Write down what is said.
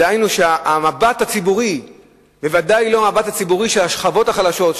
דהיינו שהמבט הציבורי הוא בוודאי לא המבט הציבורי של השכבות החלשות,